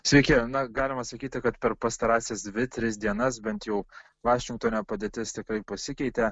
sveiki na galima sakyti kad per pastarąsias dvi tris dienas bent jau vašingtone padėtis tikrai pasikeitė